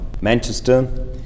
Manchester